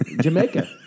Jamaica